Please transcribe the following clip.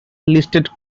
listed